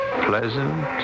pleasant